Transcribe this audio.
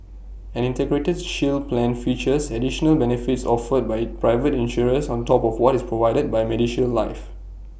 an integrated shield plan features additional benefits offered by private insurers on top of what is provided by medishield life